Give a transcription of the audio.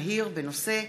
2017,